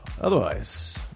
Otherwise